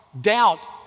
Doubt